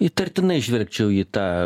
įtartinai žvelgčiau į tą